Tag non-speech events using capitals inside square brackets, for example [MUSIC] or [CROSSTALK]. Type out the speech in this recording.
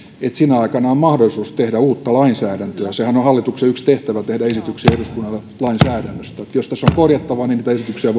eli sinä aikana on mahdollisuus tehdä uutta lainsäädäntöä sehän on hallituksen yksi tehtävä tehdä esityksiä eduskunnalle lainsäädännöstä eli jos tässä on korjattavaa niin niitä esityksiä [UNINTELLIGIBLE]